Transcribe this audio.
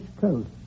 coast